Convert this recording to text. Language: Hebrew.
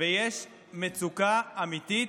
יש מצוקה אמיתית.